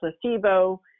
placebo